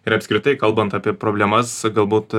ir apskritai kalbant apie problemas galbūt